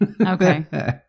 Okay